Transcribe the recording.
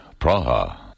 Praha